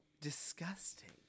Disgusting